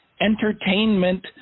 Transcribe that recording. entertainment